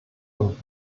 und